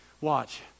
watch